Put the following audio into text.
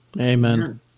Amen